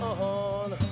on